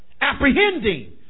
apprehending